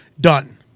done